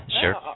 Sure